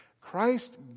Christ